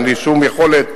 אין לי שום יכולת